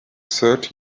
third